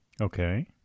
Okay